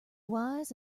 wise